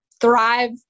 thrive